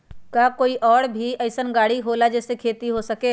का कोई और भी अइसन और गाड़ी होला जे से खेती हो सके?